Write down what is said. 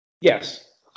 Yes